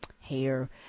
hair